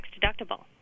tax-deductible